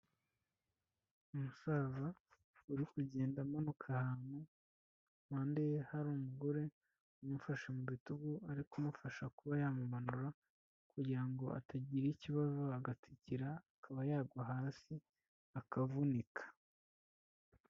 Umusaza uri kugenda amanuka ahantu impande ye hari umugore umufashe mu bitugu ari kumufasha kuba yamumanura, kugira ngo atagira ikibazo agatikira akaba yagwa hasi akavunika.